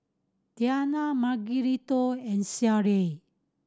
Tianna Margarito and Sheryll